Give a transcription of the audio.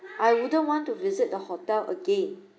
I wouldn't want to visit the hotel again